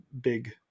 big